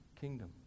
kingdom